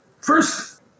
first